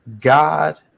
God